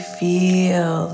feel